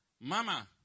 Mama